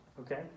okay